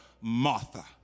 Martha